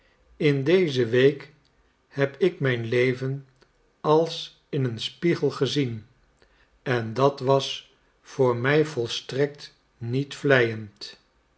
in deze week heb ik mijn leven als in een spiegel gezien en dat was voor mij volstrekt niet